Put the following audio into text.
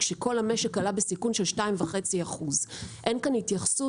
כשכל המשק עלה בסיכון של 2.5%. אין כאן התייחסות